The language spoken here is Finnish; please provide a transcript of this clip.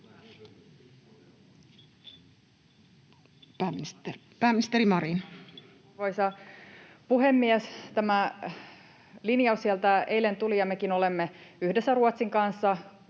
Pääministeri Marin. Arvoisa puhemies! Tämä lin-jaus sieltä eilen tuli, ja mekin olemme yhdessä Ruotsin kanssa